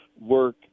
work